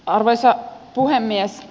arvoisa puhemies